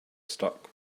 stuck